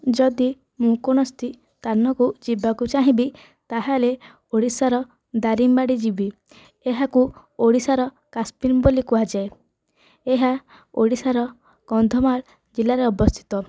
ଯଦି ମୁଁ କୌଣସି ସ୍ଥାନକୁ ଯିବାକୁ ଚାହିଁବି ତା'ହେଲେ ଓଡ଼ିଶାର ଦାରିଙ୍ଗ୍ବାଡ଼ି ଯିବି ଏହାକୁ ଓଡ଼ିଶାର କାଶ୍ମୀର ବୋଲି କୁହାଯାଏ ଏହା ଓଡ଼ିଶାର କନ୍ଧମାଳ ଜିଲ୍ଲାରେ ଅବସ୍ଥିତ